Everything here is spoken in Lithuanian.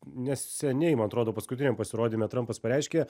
neseniai man atrodo paskutiniam pasirodyme trumpas pareiškė